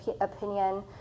opinion